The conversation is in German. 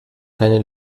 keine